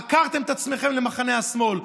עקרתם את עצמכם למחנה השמאל.